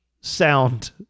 sound